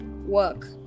Work